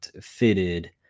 fitted